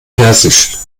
persisch